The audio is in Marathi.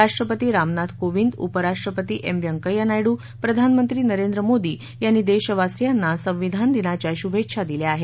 राष्ट्रपती रामनाथ कोविंद उपराष्ट्रपती एम व्यंकय्या नायडू प्रधानमंत्री नरेंद्र मोदी यांनी देशवासीयांना संविधान दिनाच्या शुभेच्छा दिल्या आहेत